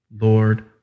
Lord